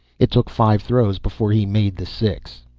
it took five throws before he made the six.